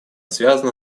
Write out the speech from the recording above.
связано